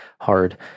hard